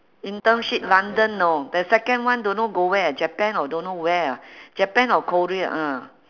internship london know the second one don't know go where japan or don't know where ah japan or korea ah